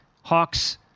Hawks